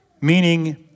Meaning